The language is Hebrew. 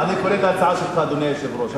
אני קונה את ההצעה שלך, אדוני היושב-ראש.